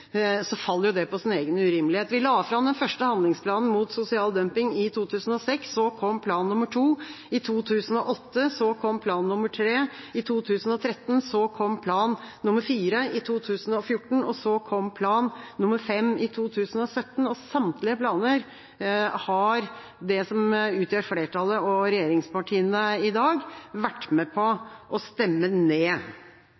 så kom plan nr. 2 i 2008, plan nr. 3 i 2013, plan nr. 4 i 2014 og plan nr. 5 i 2017. Samtlige planer har det som utgjør flertallet og regjeringspartiene i dag, vært med på